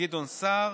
וגדעון סער,